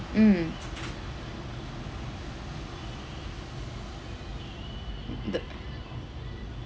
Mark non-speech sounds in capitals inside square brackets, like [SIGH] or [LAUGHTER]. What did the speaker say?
mm [NOISE] the